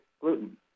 gluten